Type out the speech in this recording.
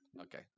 Okay